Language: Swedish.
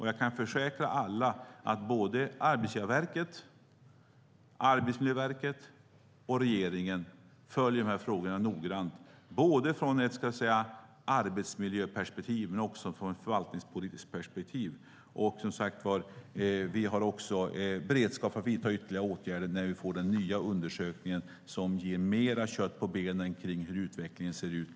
Jag kan försäkra alla om att såväl Arbetsgivarverket som Arbetsmiljöverket och regeringen följer frågorna noggrant både från ett arbetsmiljöperspektiv och från ett förvaltningspolitiskt perspektiv. Vi har som sagt också beredskap för att vidta ytterligare åtgärder när vi får den nya undersökningen, som ger mer kött på benen när det gäller hur utvecklingen ser ut.